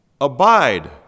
Abide